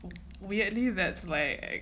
weirdly that's like